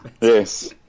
Yes